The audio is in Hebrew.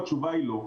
התשובה היא לא.